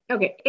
Okay